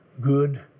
good